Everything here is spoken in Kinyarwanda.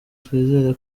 twizere